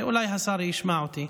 ואולי השר ישמע אותי.